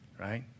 right